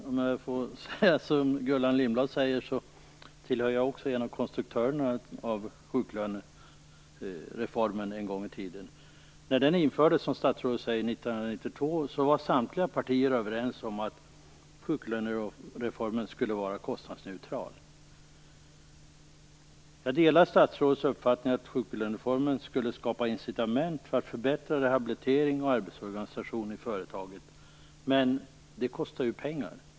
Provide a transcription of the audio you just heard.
Herr talman! Om jag får säga som Gullan Lindblad så tillhörde också jag en av konstruktörerna av sjuklönereformen en gång i tiden. När den infördes 1992 var samtliga partier överens om att den skulle vara kostnadsneutral, precis som statsrådet säger. Jag delar statsrådets uppfattning om att sjuklönereformen skulle skapa incitament för att förbättra rehabilitering och arbetsorganisation i företaget. Men det kostar pengar.